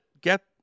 get